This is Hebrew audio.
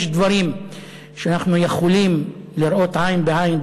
יש דברים שאנחנו יכולים לראות עין בעין,